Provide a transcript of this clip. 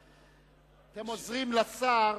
אתם עוזרים לשר